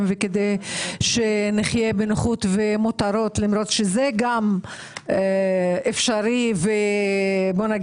וכדי שנחיה בנוחות ומותרות למרות שזה גם אפשרי ונורמלי.